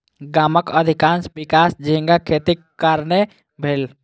गामक अधिकाँश विकास झींगा खेतीक कारणेँ भेल